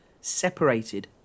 Separated